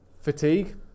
Fatigue